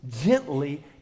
gently